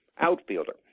outfielder